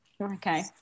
Okay